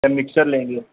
sir mixture लेंगे